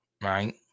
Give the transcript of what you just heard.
right